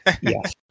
Yes